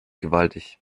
gewaltig